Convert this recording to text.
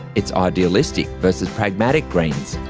it's idealistic versus pragmatic greens.